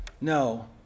No